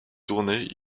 tournée